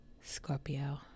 Scorpio